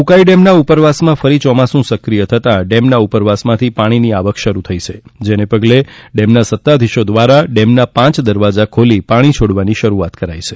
ઉકાઈ ડેમના ઉપરવાસમાં ફરી ચોમાસું સક્રિય થતા ડેમના ઉપરવાસમાંથી પાણીની આવક શરૂ થઈ છે જેને પગલે ડેમના સત્તાધીશો દ્વારા ડેમના પાંચ દરવાજા ખોલી પાણી છોડવાની શરૂઆત કરાઈ છે